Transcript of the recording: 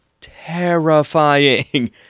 terrifying